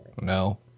No